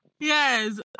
Yes